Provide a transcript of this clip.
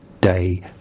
Day